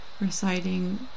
reciting